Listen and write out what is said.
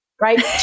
Right